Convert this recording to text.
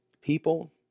people